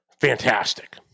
Fantastic